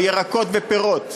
או ירקות ופירות,